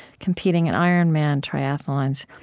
competing in ironman triathlons,